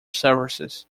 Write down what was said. services